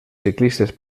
ciclistes